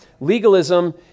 Legalism